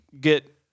get